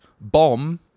Bomb